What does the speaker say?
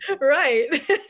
Right